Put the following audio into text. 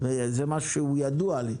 זה משהו שידוע לי,